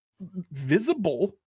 visible